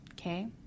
okay